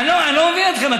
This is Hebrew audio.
אני לא מבין אתכם.